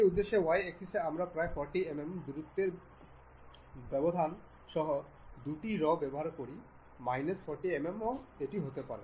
এই উদ্দেশ্যে Y অ্যাক্সিসে আমরা প্রায় 40 mm দূরত্বের ব্যবধান সহ দুটি রো ব্যবহার করতে পারি মাইনাস 40 mmও হতে পারে